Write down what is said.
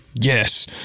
Yes